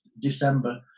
december